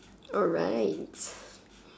alright